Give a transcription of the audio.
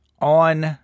On